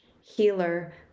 healer